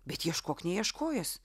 bet ieškok neieškojęs